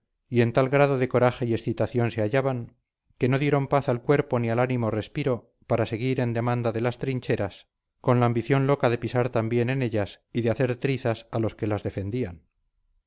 y en tal grado de coraje y excitación se hallaban que no dieron paz al cuerpo ni al ánimo respiro para seguir en demanda de las trincheras con la ambición loca de pisar también en ellas y de hacer trizas a los que las defendían